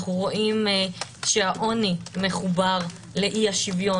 אנחנו רואים שהעוני מחובר לאי-השוויון.